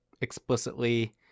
explicitly